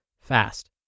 fast